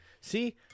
See